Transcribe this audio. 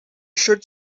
should